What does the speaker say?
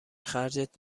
خرجت